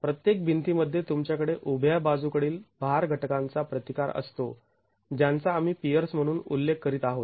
प्रत्येक भिंतीमध्ये तुमच्याकडे उभ्या बाजूकडील भार घटकांचा प्रतिकार असतो ज्यांचा आम्ही पियर्स म्हणून उल्लेख करीत आहोत